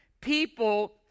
people